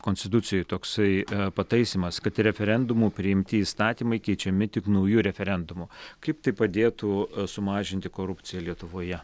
konstitucijoj toksai pataisymas kad referendumu priimti įstatymai keičiami tik nauju referendumu kaip tai padėtų sumažinti korupciją lietuvoje